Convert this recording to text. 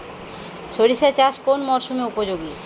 সরিষা চাষ কোন মরশুমে উপযোগী?